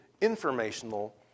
informational